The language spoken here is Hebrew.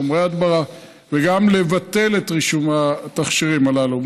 חומרי הדברה וגם לבטל את רישום התכשירים הללו.